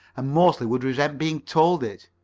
and mostly would resent being told it.